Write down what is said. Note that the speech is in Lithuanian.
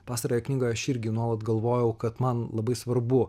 pastarąją knygą aš irgi nuolat galvojau kad man labai svarbu